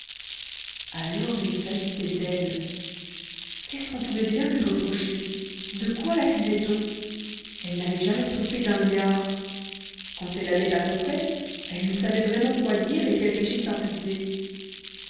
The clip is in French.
alors il s'agissait d'elle qu'est-ce qu'on pouvait bien lui reprocher de quoi laccusait on elle n'avait jamais trompé d'un liard quand elle allait à confesse elle ne savait vraiment quoi dire et quel péché s'imputer